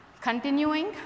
Continuing